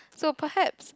so perhaps